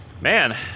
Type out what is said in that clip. Man